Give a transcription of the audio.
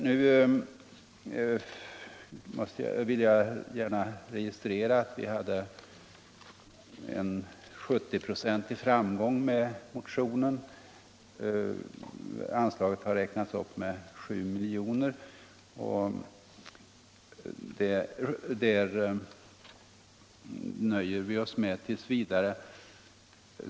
Nu vill jag gärna notera att vi har haft en 70-procentig framgång med motionen. Utskottet förordar att anslaget räknas upp med 7 milj.kr., och det nöjer vi oss med tills vidare.